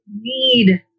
need